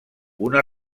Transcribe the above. una